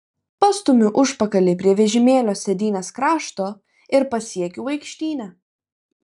pastumiu užpakalį prie vežimėlio sėdynės krašto ir pasiekiu vaikštynę